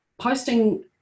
posting